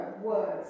words